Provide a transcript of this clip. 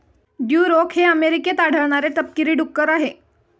Duroc हे अमेरिकेत आढळणारे तपकिरी डुक्कर आहे